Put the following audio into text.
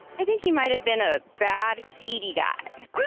i think he might have been a bad seedy guy.